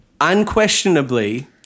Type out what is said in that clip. unquestionably